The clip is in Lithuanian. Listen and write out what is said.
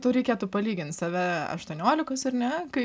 tau reikėtų palygint save aštuoniolikos ar ne kai